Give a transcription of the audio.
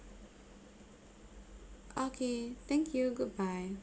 okay thank you goodbye